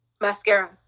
Mascara